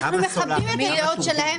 אנחנו מכבדים אותם.